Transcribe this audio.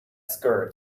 skirt